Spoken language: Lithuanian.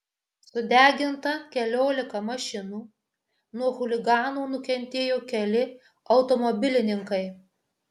sudeginta keliolika mašinų nuo chuliganų nukentėjo keli automobilininkai